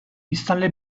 biztanle